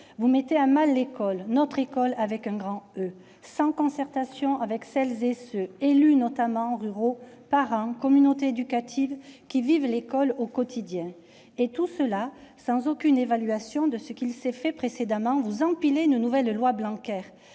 Vous mettez à mal l'école, notre École- avec un grand E -, sans concertation avec celles et ceux- élus, notamment ruraux, parents, communauté éducative -qui vivent l'école au quotidien. Et tout cela, sans aucune évaluation de ce qui a été fait précédemment. Vous empilez une nouvelle loi Blanquer,